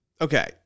Okay